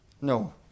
No